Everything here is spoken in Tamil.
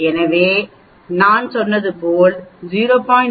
எனவே நான் சொன்னது போல் 0